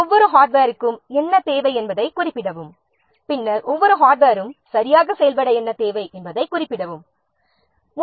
எனவே ஒவ்வொரு ஹார்ட்வேருக்கும் அது என்ன செய்ய வேண்டும் என்பதைக் குறிப்பிட வேண்டும் பின்னர் ஒவ்வொரு ஹார்ட்வேரும் சரியாக செயல்பட என்ன தேவை என்பதைக் குறிப்பிட வேண்டும்